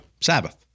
Sabbath